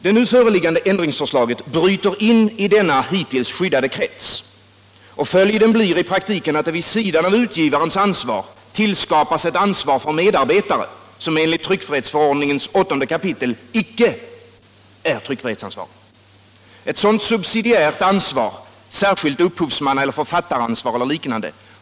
Det nu föreliggande ändringsförslaget bryter in i denna hittills skvddade krets. Följden blir i praktiken att det vid sidan av utgivarens ansvar tillskapas ett ansvar för medarbetare som enligt tryckfrihetsförordningens 8 kap. icke är trvckfrihetsansvarig. Ett sådant subsidiärt ansvar. särskilt upphovsmannaeller författaransvar eller liknande.